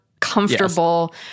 comfortable